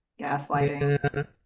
gaslighting